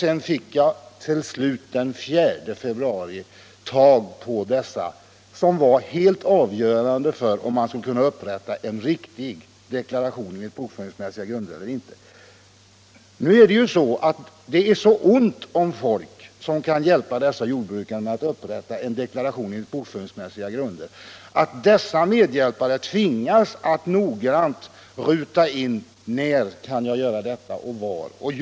Sedan fick jag till slut den 4 februari tag på dessa, som var helt avgörande för om man skulle kunna upprätta en riktig deklaration enligt bokföringsmässiga grunder. Det är så ont om folk som kan hjälpa jordbrukare att upprätta en deklaration enligt bokföringsmässiga grunder att dessa medhjälpare tvingas att noggrant ruta in när och var de kan göra de olika deklarationerna.